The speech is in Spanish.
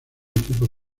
equipo